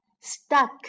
Stuck